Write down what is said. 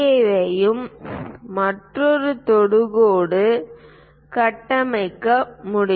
யையும் மற்றொரு தொடுகோடு கட்டமைக்க முடியும்